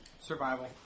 Survival